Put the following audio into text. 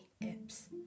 Ips